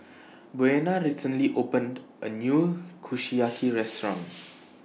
Buena recently opened A New Kushiyaki Restaurant